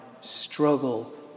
struggle